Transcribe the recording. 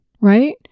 right